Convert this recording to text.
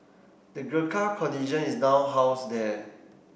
the Gurkha Contingent is now housed there